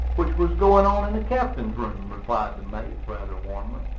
which was going on in the captain's room, replied the mate, rather warmly.